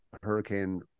hurricane